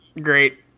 Great